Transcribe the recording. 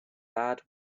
bad